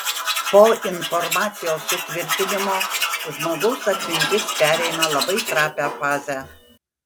po informacijos sutvirtinimo žmogaus atmintis pereina labai trapią fazę